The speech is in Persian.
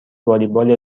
والیبال